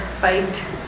fight